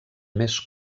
més